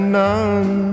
none